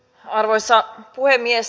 arvoisa puhemies